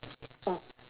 oh